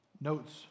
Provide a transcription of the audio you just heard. notes